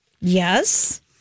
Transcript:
Yes